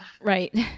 Right